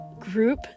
group